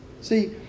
See